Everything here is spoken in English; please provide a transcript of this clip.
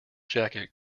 jacket